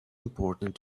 important